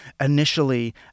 initially